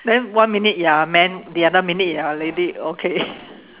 then one minute you're a man the other minute you're a lady okay